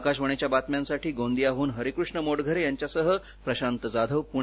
आकाशवाणीच्या बातम्यांसाठी गोंदियाहून हरिकृष्ण मोटघरे यांच्यासह प्रशांत जाधव पुणे